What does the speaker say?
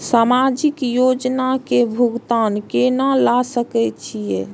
समाजिक योजना के भुगतान केना ल सके छिऐ?